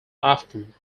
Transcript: often